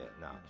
No